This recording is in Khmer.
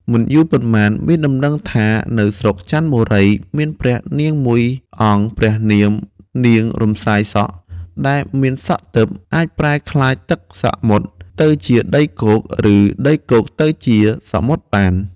មិនយូរប៉ុន្មាន មានដំណឹងថា នៅស្រុកចន្ទបុរី មានព្រះនាងមួយអង្គព្រះនាម នាងរំសាយសក់ ដែលមានសក់ទិព្វ អាចប្រែក្លាយទឹកសមុទ្រទៅជាដីគោក ឬដីគោកទៅជាទឹកសមុទ្របាន។